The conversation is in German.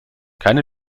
keine